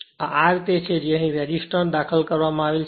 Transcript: આ R તે છે કે અહીં રેઝિસ્ટર દાખલ કરવામાં આવે છે